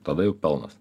tada jau pelnas